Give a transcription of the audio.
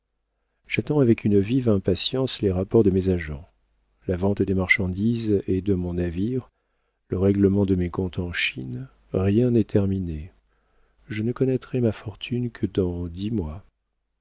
j'attends avec une vive impatience les rapports de mes agents la vente des marchandises et de mon navire le règlement de mes comptes en chine rien n'est terminé je ne connaîtrai ma fortune que dans dix mois